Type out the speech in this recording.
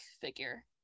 figure